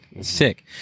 Sick